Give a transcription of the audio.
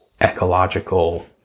ecological